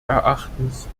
erachtens